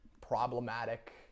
problematic